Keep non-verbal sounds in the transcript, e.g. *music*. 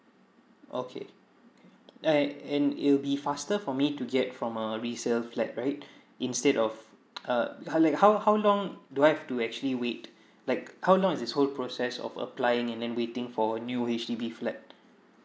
okay like and it'll be faster for me to get from a resale flat right instead of *noise* uh how how long do I have to actually wait like how long is this whole process of applying and then waiting for new H_D_B flat